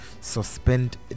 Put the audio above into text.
suspend